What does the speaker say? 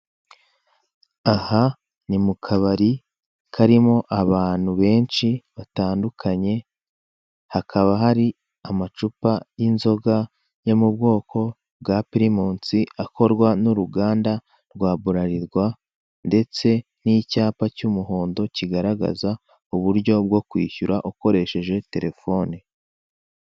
Aha ni mukabari karimo abantu benshi batandukanye hakaba hari amacupa y'inzoga yo mu bwoko bwa pirimusi akaba akorwa n'uruganda rwa bularirwa ndetse n'icyapa cy'umuhondo kigaragaza uburyo byo kwishyura ukoresheje terefone.